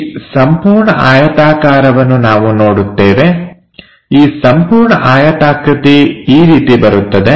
ಈ ಸಂಪೂರ್ಣ ಆಯತಾಕಾರವನ್ನು ನಾವು ನೋಡುತ್ತೇವೆ ಈ ಸಂಪೂರ್ಣ ಆಯತಾಕೃತಿ ಈ ರೀತಿ ಬರುತ್ತದೆ